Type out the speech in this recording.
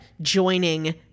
joining